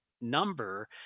number